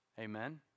Amen